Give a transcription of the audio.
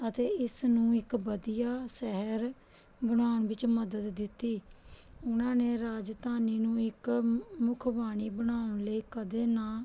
ਅਤੇ ਇਸ ਨੂੰ ਇੱਕ ਵਧੀਆ ਸ਼ਹਿਰ ਬਣਾਉਣ ਵਿੱਚ ਮਦਦ ਦਿੱਤੀ ਉਹਨਾਂ ਨੇ ਰਾਜਧਾਨੀ ਨੂੰ ਇੱਕ ਮੁੱਖ ਬਾਣੀ ਬਣਾਉਣ ਲਈ ਕਦੇ ਨਾ